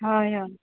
हय हय